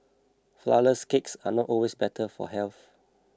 Flourless Cakes are not always better for health